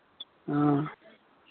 हँ